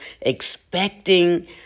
expecting